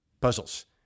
puzzles